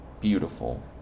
beautiful